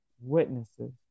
witnesses